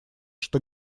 что